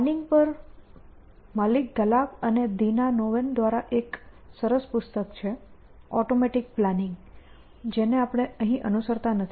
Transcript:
planning પર Malik Ghallab અને Dana Nau દ્વારા એક સરસ પુસ્તક છે ઑટોમેટિક પ્લાનિંગ જેને આપણે અહીં અનુસરતા નથી